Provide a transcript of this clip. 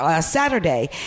Saturday